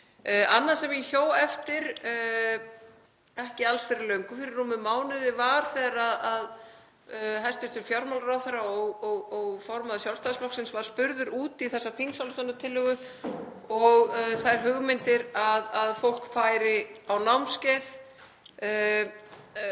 Annað sem ég hjó eftir ekki alls fyrir löngu, fyrir rúmum mánuði, var þegar hæstv. fjármálaráðherra og formaður Sjálfstæðisflokksins var spurður út í þessa þingsályktunartillögu og þær hugmyndir að fólk færi á námskeið